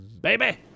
baby